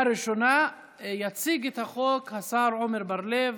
התשפ"ב 2022. יציג את החוק השר עמר בר לב,